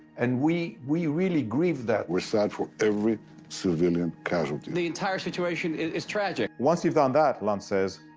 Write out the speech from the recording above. and we, we really grieve that. weire sad for every civilian casualty. the entire situation is tragic. once youive done that, luntz says,